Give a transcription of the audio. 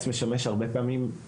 הרבה פעמים הקיץ משמש,